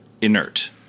inert